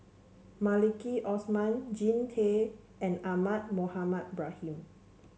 Maliki Osman Jean Tay and Ahmad Mohamed Ibrahim